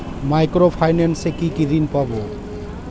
Micro finance এ কি কি ঋণ পাবো?